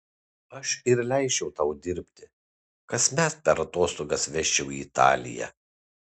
aš ir leisčiau tau dirbti kasmet per atostogas vežčiau į italiją